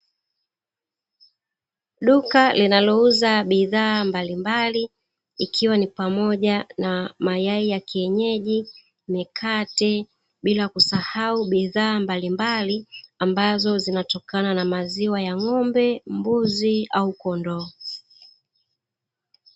Duka loinalouza bidhaa mbalimbali, ikiwa ni pamoja na mayai ya kienyeji, mikate bila kusahau bidhaa mbalimbali ambazo zinatokana na maziwa ya ng'ombe mbuzi au kondoo.